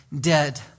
dead